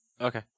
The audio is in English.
Okay